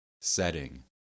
setting